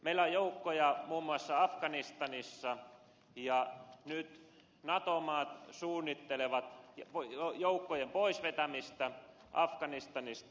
meillä on joukkoja muun muassa afganistanissa ja nyt nato maat suunnittelevat joukkojen pois vetämistä afganistanista